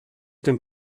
tym